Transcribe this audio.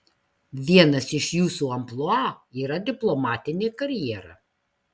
vienas iš jūsų amplua yra diplomatinė karjera